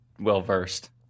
well-versed